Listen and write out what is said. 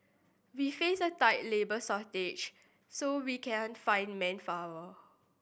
we face a tight labour shortage so we can't find manpower